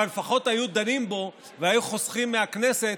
אבל לפחות היו דנים בו והיו חוסכים מהכנסת